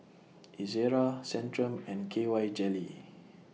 Ezerra Centrum and K Y Jelly